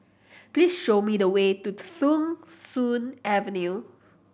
please show me the way to Thong Soon Avenue